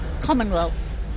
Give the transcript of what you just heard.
commonwealth